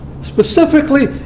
Specifically